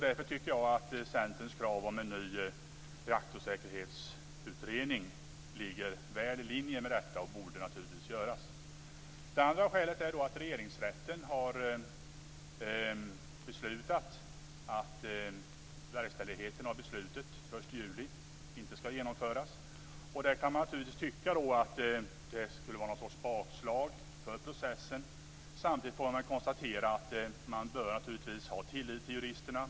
Därför tycker jag att Centerns krav på en ny reaktorsäkerhetsutredning ligger väl i linje med detta och att en sådan naturligtvis borde göras. Det andra skälet är att Regeringsrätten har beslutat att verkställighet av beslutet den 1 juli inte skall ske. Man kan naturligtvis tycka att det skulle vara någon sorts bakslag för processen. Samtidigt får man konstatera att man naturligtvis bör ha tillit till juristerna.